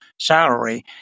salary